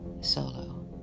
solo